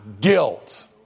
guilt